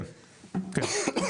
כן, כן.